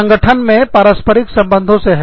संगठन मे पारस्परिक संबंधों से हैं